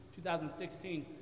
2016